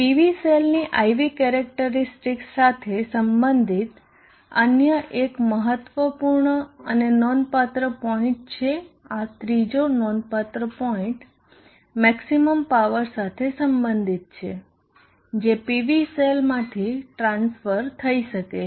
PV સેલની IV characteristics સાથે સંબંધિત અન્ય એક મહત્વપૂર્ણ અને નોંધપાત્ર પોઈન્ટ છે આ ત્રીજો નોંધપાત્ર પોઈન્ટ મેક્ષીમમ પાવર સાથે સંબંધિત છે જે PV સેલ માંથી ટ્રાન્સફર થઈ શકે છે